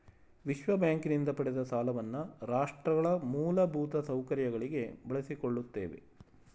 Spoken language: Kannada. ವಿಶ್ವಬ್ಯಾಂಕಿನಿಂದ ಪಡೆದ ಸಾಲವನ್ನ ರಾಷ್ಟ್ರಗಳ ಮೂಲಭೂತ ಸೌಕರ್ಯಗಳಿಗೆ ಬಳಸಿಕೊಳ್ಳುತ್ತೇವೆ